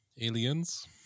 aliens